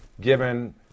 given